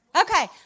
Okay